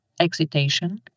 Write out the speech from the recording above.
excitation